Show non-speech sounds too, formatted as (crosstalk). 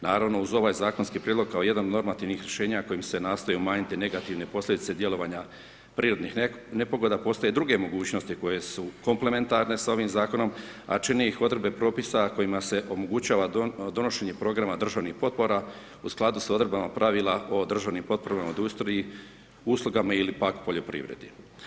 Naravno uz ovaj zakonski prijedlog kao jedan od normativnih rješenja kojim se nastoje umanjiti negativne posljedice djelovanje prirodnih nepogoda, postoje druge mogućnosti koje su komplementarne s ovim zakonom, a čine ih odredbe propisa kojima se omogućava donošenje programa državnih potpora u skladu s odredbama pravila o državnim potporama ... (unintelligible) uslugama ili pak poljoprivredi.